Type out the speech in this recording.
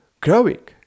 growing